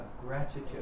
gratitude